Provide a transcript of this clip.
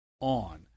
on